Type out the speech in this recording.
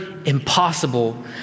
impossible